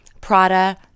Prada